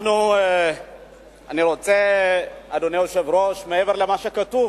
אני רוצה, אדוני היושב-ראש, מעבר למה שכתוב